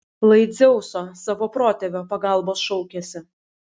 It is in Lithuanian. lai dzeuso savo protėvio pagalbos šaukiasi